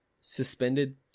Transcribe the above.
suspended